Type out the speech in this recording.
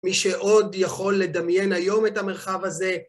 מי שעוד יכול לדמיין היום את המרחב הזה.